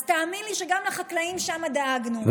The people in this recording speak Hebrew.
אז תאמין לי שגם לחקלאים שם דאגנו,